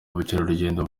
ubukerarugendo